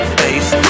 face